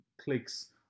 clicks